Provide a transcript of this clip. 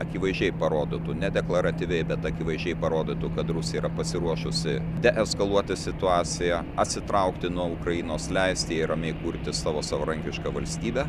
akivaizdžiai parodyų ne deklaratyviai bet akivaizdžiai parodytų kad rusija yra pasiruošusi deeskaluoti situaciją atsitraukti nuo ukrainos leisti jai ramiai kurti savo savarankišką valstybę